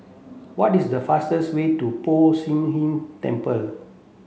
what is the fastest way to Poh Shih Ern Temple